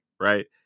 right